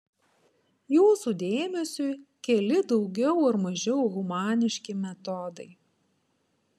jūsų dėmesiui keli daugiau ar mažiau humaniški metodai